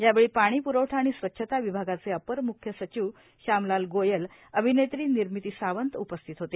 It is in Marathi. यावेळी पाणी प्रवठा आणि स्वच्छता विभागाचे अपर म्ख्य सचिव श्यामलाल गोयलए अभिनेत्री निर्मिती सावंत उपस्थित होते